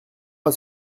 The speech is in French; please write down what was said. pas